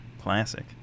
classic